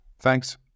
Thanks